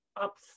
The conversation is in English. up